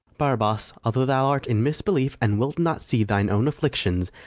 barabas, although thou art in misbelief, and wilt not see thine own afflictions,